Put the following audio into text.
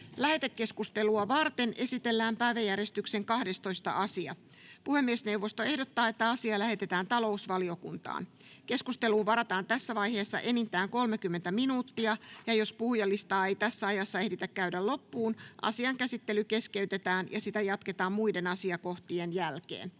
Lähetekeskustelua varten esitellään päiväjärjestyksen 13. asia. Puhemiesneuvosto ehdottaa, että asia lähetetään ulkoasiainvaliokuntaan. Keskusteluun varataan tässä vaiheessa enintään 30 minuuttia, ja jos puhujalistaa ei ehditä käydä loppuun, asian käsittely keskeytetään ja sitä jatketaan tuttuun tapaan muiden asiakohtien jälkeen.